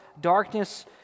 darkness